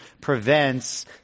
prevents